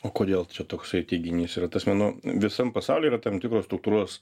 o kodėl čia toksai teiginys yra ta prasme nu visam pasauly yra tam tikros struktūros